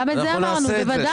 גם את זה אמרנו, בוודאי.